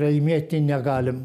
laimėti negalim